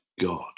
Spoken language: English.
God